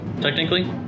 technically